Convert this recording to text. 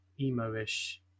Emo-ish